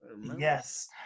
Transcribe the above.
Yes